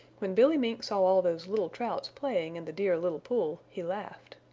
when billy mink saw all those little trouts playing in the dear little pool he laughed.